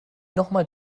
nochmal